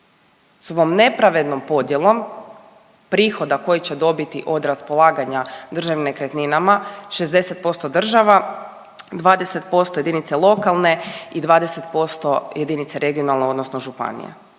ovom nepravednom podjelom prihoda koji će dobiti od raspolaganja državnim nekretninama, 60% država, 20% jedinice lokalne i 20% jedinice regionalno odnosno županije.